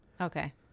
Okay